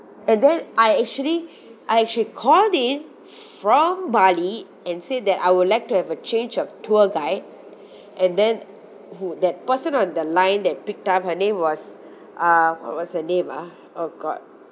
and then I actually I actually called in from bali and said that I would like to have a change of tour guide and then who that person on the line that picked up her name was uh what was her name ah oh god